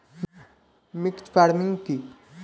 Mixed farming কি?